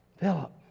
Philip